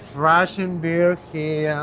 russian beer here,